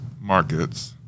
markets